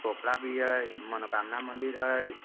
पोखरा भी हइ मनोकामना मन्दिर हइ